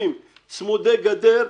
ביישובים צמודי גדר,